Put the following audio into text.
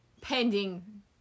pending